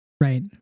Right